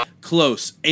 Close